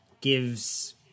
gives